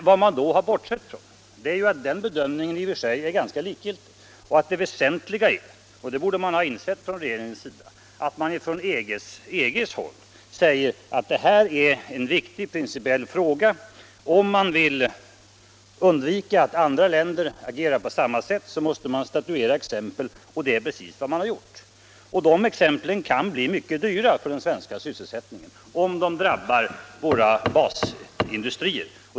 Vad man då har bortsett ifrån är att den bedömningen i och för sig är ganska likgiltig och att det väsentliga är — och det borde regeringen ha insett — att man från EG:s håll ser detta som en viktig principiell fråga. För att undvika att andra länder handlar på samma sätt måste man statuera exempel. Det är precis vad man har gjort. De exemplen kan bli mycket dyra för den svenska sysselsättningen, eftersom de drabbar våra basindustrier.